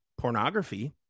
pornography